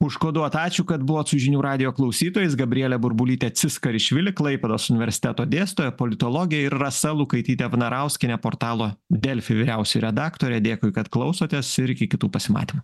užkoduota ačiū kad buvot su žinių radijo klausytojais gabrielė burbulytė tsiskarishvili klaipėdos universiteto dėstytoja politologė ir rasa lukaitytė vnarauskienė portalo delfi vyriausioji redaktorė dėkui kad klausotės ir iki kitų pasimatymų